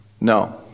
No